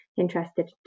interested